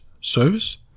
service